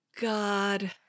God